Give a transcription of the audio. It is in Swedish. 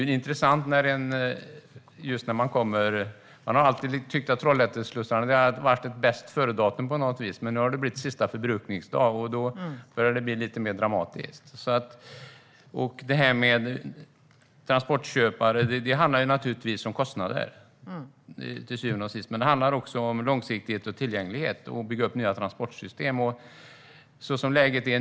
Trollhätteslussarna har alltid haft ett bästföredatum på något sätt, men nu har det blivit sista förbrukningsdag. Då börjar det bli lite mer dramatiskt. När det gäller transportköpare handlar det till syvende och sist om kostnader. Men det handlar också om långsiktighet, tillgänglighet och att bygga upp nya transportsystem.